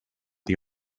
the